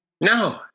No